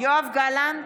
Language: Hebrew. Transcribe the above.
יואב גלנט,